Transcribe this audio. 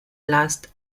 last